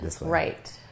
Right